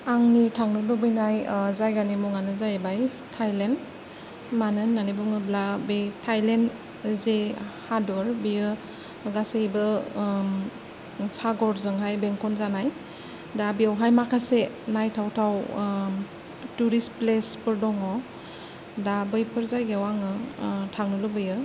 आंनि थांनो लुबैनाय जायगानि मुङानो जाहैबाय थायलेण्ड मानो होन्नानै बुङोब्ला बे थायलेण्ड जे हादर बेयो गासैबो सागरजोंहाय बेंखनजानाय दा बेवहाय माखासे नायथावथाव तुरिस्त प्लेसफोर दङ दा बैफोर जायगायाव आङो थांनो लुबैयो